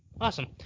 awesome